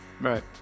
right